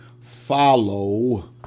follow